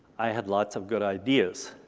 i had lots of good ideas.